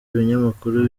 ibinyamakuru